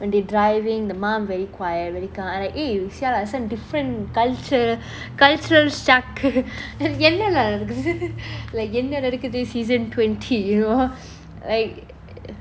when they driving the mom very quiet eh you !siala! this one different culture cultural shock என்னால நடக்குது :ennala nadakuthu like என்ன நடக்குது :enna nadakuthu season twenty you know like